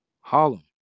Harlem